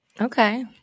Okay